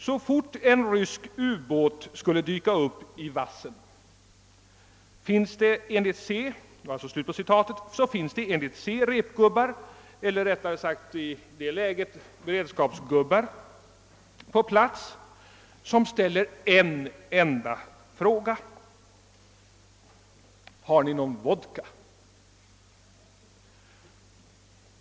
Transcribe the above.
»Så fort en rysk ubåt skulle dyka upp i vassen» finns det — enligt Se — repgubbar eller rättare sagt beredskapsgubbar på plats som ställer en enda fråga: Har ni någon vodka?